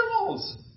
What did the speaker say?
animals